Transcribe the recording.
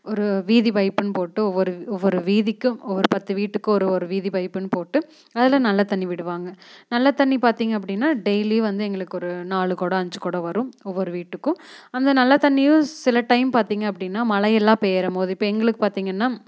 ஒரு வீதி பைப்புனு போட்டு ஒவ்வொரு ஒவ்வொரு வீதிக்கும் ஒவ்வொரு பத்து வீட்டுக்கு ஒரு ஒரு வீதி பைப்புனு போட்டு அதில் நல்ல தண்ணி விடுவாங்க நல்ல தண்ணி பார்த்தீங்க அப்படின்னா டெய்லியும் வந்து எங்களுக்கு ஒரு நாலு குடம் அஞ்சு குடம் வரும் ஒவ்வொரு வீட்டுக்கும் அந்த நல்ல தண்ணியும் சில டைம் பார்த்தீங்க அப்படின்னா மழை எல்லாம் பெய்யர போது இப்போ எங்களுக்கு பார்த்தீங்கன்னா